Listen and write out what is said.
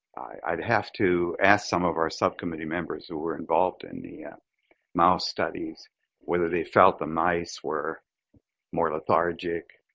i'd have to ask some of our subcommittee members who were involved in the yeah mouse studies whether they felt the mice were more lethargic